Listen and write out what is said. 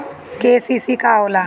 KCC का होला?